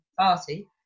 party